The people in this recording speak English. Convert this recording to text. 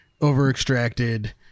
over-extracted